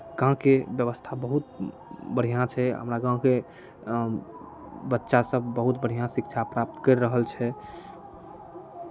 गाँवके व्यवस्था बहुत बढ़िआँ छै हमरा गाँवके बच्चासभ बहुत बढ़िआँ शिक्षा प्राप्त करि रहल छै